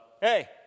hey